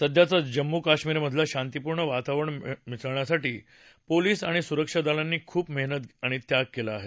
सध्याचं जम्मू कश्मीरमधलं शांतीपूर्ण वातावरण मिळवण्यासाठी पोलीस आणि सुरक्षादलांनी खूप मेहनत आणि त्याग केला आहे